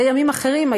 אלה ימים אחרים.